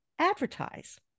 advertise